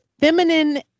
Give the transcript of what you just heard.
feminine